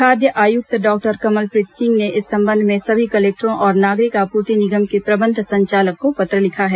खाद्य आयुक्त डॉक्टर कमलप्रीत सिंह ने इस संबंध में सभी कलेक्टरों और नागरिक आपूर्ति निगम के प्रबंध संचालक को पत्र लिखा है